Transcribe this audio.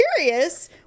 curious